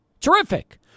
Terrific